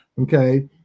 Okay